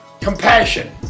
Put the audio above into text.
Compassion